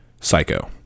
Psycho